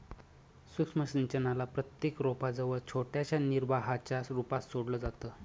सूक्ष्म सिंचनाला प्रत्येक रोपा जवळ छोट्याशा निर्वाहाच्या रूपात सोडलं जातं